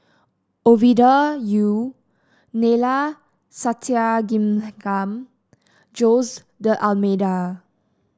Ovidia Yu Neila Sathyalingam Jose D'Almeida